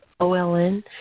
OLN